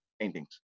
paintings